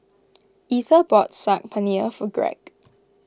Etha bought Saag Paneer for Greg